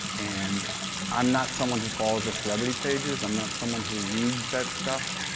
and i'm not someone who follows celebrity pages, i'm not someone who reads that stuff,